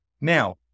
Now